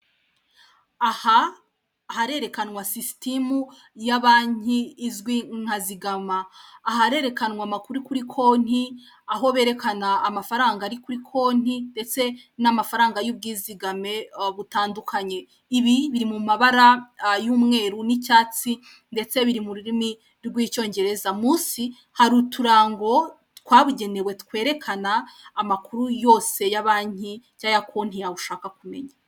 Aha harerekanwa sisitimu ya banki izwi nka Zigama harerekanwa amakuru kuri konti aho berekana amafaranga ari kuri konti ndetse n'amafaranga y'ubwizigame butandukanye, ibi biri mu mabara y'umweru n'icyatsi ndetse biri mu rurimi rw'icyongereza munsi hari uturango twabugenewe twerekana amakuru yose ya banki cyangwa ya konti yawe ushaka kumenya